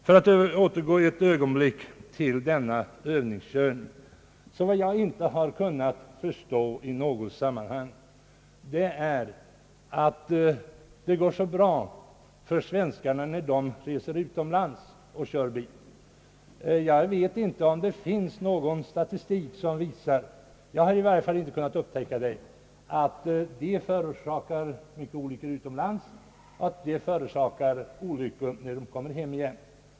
För att återgå ett ögonblick till övningskörningen vill jag säga att jag inte kunnat förstå att det går så bra för svenskarna när de reser utomlands och kör bil mot bakgrunden att det skulle vara så olyckligt och farligt med övningskörning inom landet före övergångsdagen. Jag vet inte om det finns någon statistik — jag har i varje fall inte kunnat upptäcka någon som visar att svenskar förorsakar många olyckor utomlands och när de kommer hem igen.